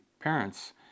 parents